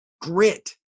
grit